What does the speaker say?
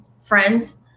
friends